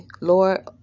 Lord